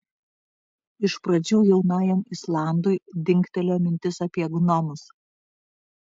iš pradžių jaunajam islandui dingtelėjo mintis apie gnomus